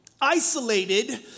isolated